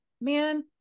Man